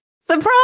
surprise